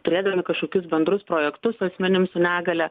turėdami kažkokius bendrus projektus su asmenim su negalia